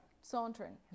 Sauntering